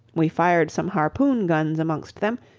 we fired some harpoon guns amongst them,